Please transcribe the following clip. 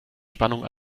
spannung